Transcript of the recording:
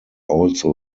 also